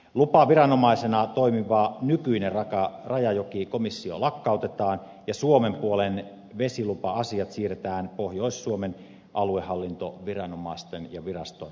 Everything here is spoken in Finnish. lupaviranomaisena toimiva nykyinen rajajokikomissio lakkautetaan ja suomen puolen vesilupa asiat siirretään pohjois suomen aluehallintoviranomaisten ja viraston käsiteltäväksi